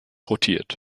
rotiert